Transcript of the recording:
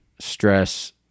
Stress